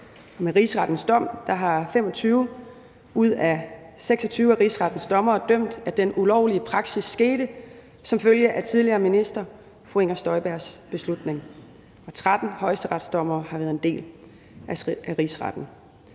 Med Rigsrettens dom har 25 ud af 26 af Rigsrettens dommere dømt, at den ulovlige praksis skete som følge af tidligere minister fru Inger Støjbergs beslutning, og 13 højesteretsdommere har været en del af Rigsretten0.